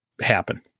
happen